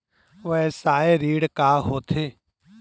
व्यवसाय ऋण का होथे?